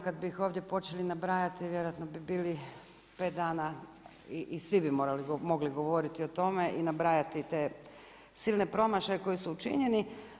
Kada bi ih ovdje počeli nabrajati vjerojatno bi bili pet dana i svi bi mogli govoriti o tome i nabrajati sve te silne promašaje koji su učinjeni.